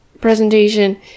presentation